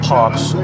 Parks